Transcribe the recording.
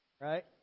right